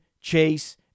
Chase